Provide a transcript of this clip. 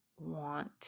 want